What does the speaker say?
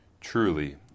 Truly